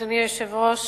אדוני היושב-ראש,